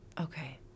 okay